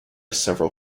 several